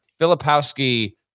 Filipowski